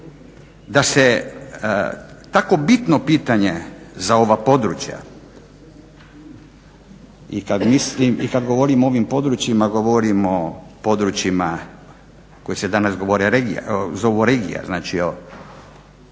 da se tako bitno pitanje za ova područja i kad mislim i kad govorim o ovim područjima govorim o područjima koje se danas zovu regija. Znači, o